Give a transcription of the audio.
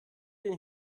den